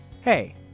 Hey